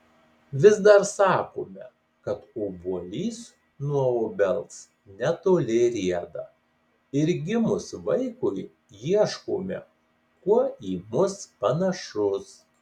vis dar sakome kad obuolys nuo obels netoli rieda ir gimus vaikui ieškome kuo į mus panašus